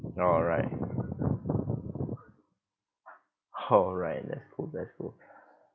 oh right oh right that's cool that's cool